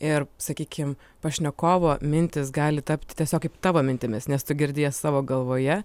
ir sakykim pašnekovo mintys gali tapti tiesiog kaip tavo mintimis nes tu girdi jas savo galvoje